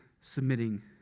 submitting